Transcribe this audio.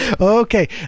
okay